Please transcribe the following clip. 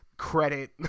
Credit